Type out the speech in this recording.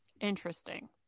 interesting